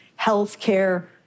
healthcare